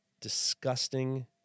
disgusting